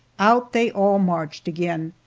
out they all marched again,